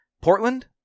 Portland